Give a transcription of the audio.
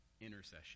intercession